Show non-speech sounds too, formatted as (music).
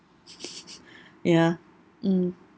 (laughs) ya mm